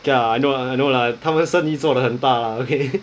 ya I know I know lah 他们生意做得很大 lah okay